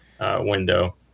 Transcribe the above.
window